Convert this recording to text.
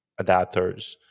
adapters